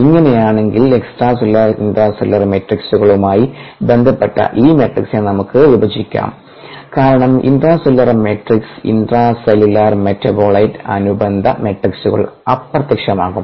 ഇങ്ങനെയാണെങ്കിൽ extracellular intracellular മെട്രിക്സുകളുമായി ബന്ധപ്പെട്ട ഈ മാട്രിക്സിനെ നമുക്ക് വിഭജിക്കാം കാരണം intracellular matrix intracellular metabolite അനുബന്ധ മെട്രിക്സുകൾ അപ്രത്യക്ഷമാകും